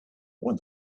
when